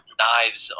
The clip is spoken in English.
knives